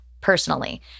personally